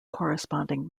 corresponding